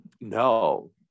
No